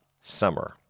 summer